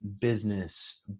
business